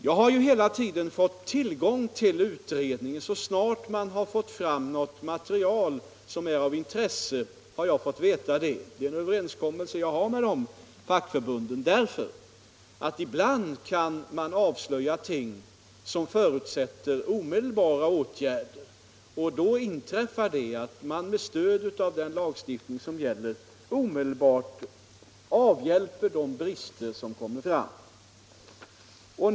Jag har hela tiden fått tillgång till utredningsmaterial. Så snart man fått fram något material av intresse har jag fått veta det. Det är en överenskommelse jag har med fackförbunden. Ibland kan man nämligen avslöja ting som förutsätter omedelbara åtgärder. Och då inträffar det att man med stöd av den lagstiftning som gäller omedelbart avhjälper de brister som visar sig finnas.